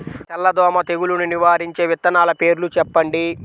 తెల్లదోమ తెగులును నివారించే విత్తనాల పేర్లు చెప్పండి?